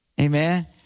Amen